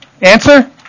Answer